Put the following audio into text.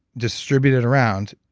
distributed around,